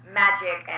magic